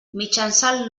mitjançant